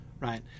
Right